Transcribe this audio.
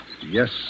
Yes